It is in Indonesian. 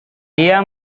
dia